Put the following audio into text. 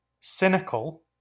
cynical